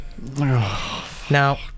Now